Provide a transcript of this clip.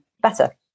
better